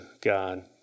God